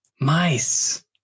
Mice